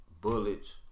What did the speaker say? bullets